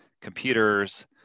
computers